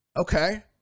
Okay